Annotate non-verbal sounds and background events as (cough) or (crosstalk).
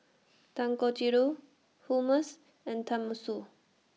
(noise) Dangojiru Hummus and Tenmusu